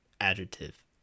adjective